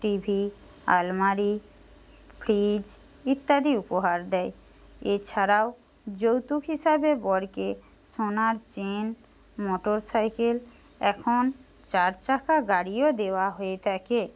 টি V আলমারি fridge ইত্যাদি উপহার দেয় এছাড়াও যৌতুক হিসাবে বরকে সোনার চেন মোটর সাইকেল এখন চারচাকা গাড়িও দেওয়া হয়ে থাকে